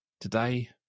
Today